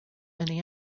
many